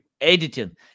editing